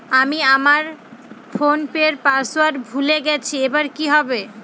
আমি আমার ফোনপের পাসওয়ার্ড ভুলে গেছি এবার কি হবে?